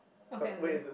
okay okay